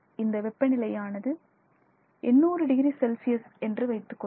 இந்த வெப்ப நிலையானது 800 டிகிரி செல்சியஸ் என்று வைத்துக்கொள்வோம்